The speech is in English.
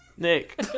Nick